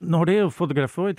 norėjau fotografuot